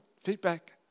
feedback